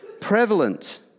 prevalent